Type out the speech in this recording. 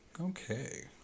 Okay